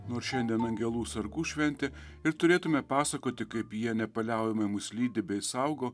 nors šiandien angelų sargų šventė ir turėtume pasakoti kaip jie nepaliaujamai mus lydi bei saugo